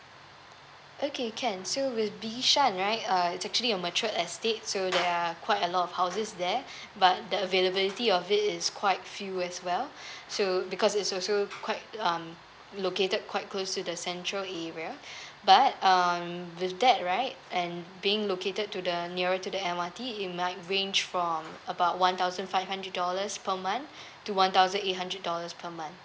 okay can so with bishan right uh it's actually a mature estate so there are quite a lot of houses there but the availability of it is quite few as well so because is also quite um located quite close to the central area but um with that right and being located to the nearer to the M_R_T it might range from about one thousand five hundred dollars per month to one thousand eight hundred dollars per month